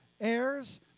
heirs